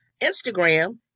Instagram